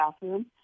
bathroom